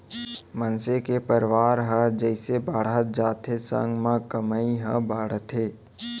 मनसे के परवार ह जइसे बाड़हत जाथे संग म कमई ह बाड़थे